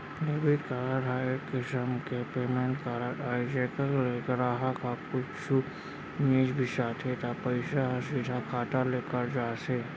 debit card ह एक किसम के पेमेंट कारड अय जेकर ले गराहक ह कुछु जिनिस बिसाथे त पइसा ह सीधा खाता ले कट जाथे